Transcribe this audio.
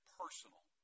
personal